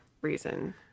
reason